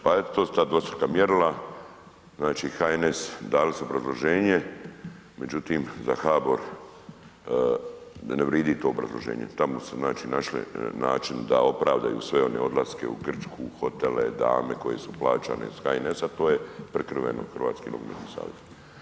Pa eto, to su dva dvostruka mjerila, znači HNS, dali su obrazloženje međutim, za HBOR da ne vridi to obrazloženje, tamo su znači našle način da opravdaju sve one odlaske u Grčku, hotele, dame koje su plaćane iz HNS-a, to je prikriveno HNS.